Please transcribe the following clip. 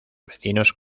vecinos